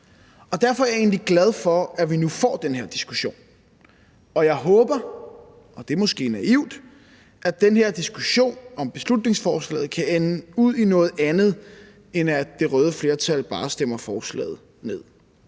det er måske naivt – at den her diskussion om beslutningsforslaget kan ende ud i noget andet, end at det røde flertal bare stemmer forslaget ned.